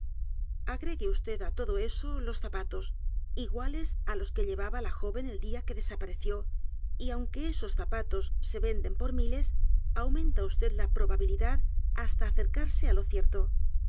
e vd á todo eso los zapatos iguales á los que llevaba la joven el día que desapareció y aunque esos zapatos se venden por miles aumenta vd la probabilidad hasta acercarse á lo cierto